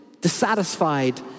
dissatisfied